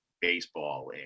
baseball